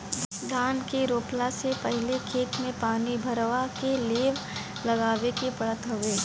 धान के रोपला से पहिले खेत में पानी भरवा के लेव लगावे के पड़त हवे